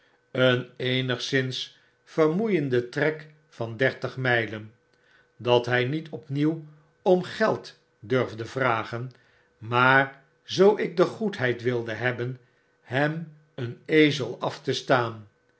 een eenigszins vermoeiende trek van dertig my len dat hy niet opnieuw om geld durfde vragen maar zoo ik de goedheid wilde hebben hem eenezelafte staan